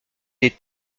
des